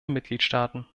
mitgliedstaaten